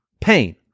pain